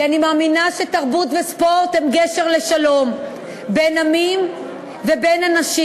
כי אני מאמינה שתרבות וספורט הם גשר לשלום בין עמים ובין אנשים.